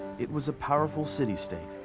it was a powerful city-state.